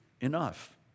enough